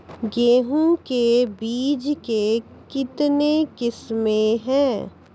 गेहूँ के बीज के कितने किसमें है?